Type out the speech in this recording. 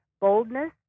boldness